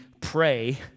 pray